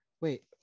Wait